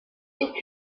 est